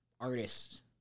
artists